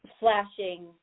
flashing